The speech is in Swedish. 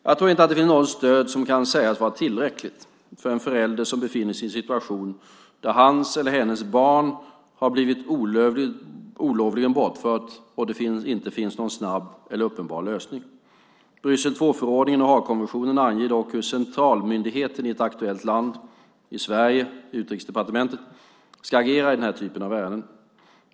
Jag tror inte att det finns något stöd som kan sägas vara tillräckligt för en förälder som befinner sig i en situation där hans eller hennes barn har blivit olovligen bortfört och det inte finns någon snabb eller uppenbar lösning. Bryssel II-förordningen och Haagkonventionen anger dock hur centralmyndigheten i aktuellt land - i Sverige Utrikesdepartementet - ska agera i den här typen av ärenden.